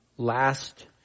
last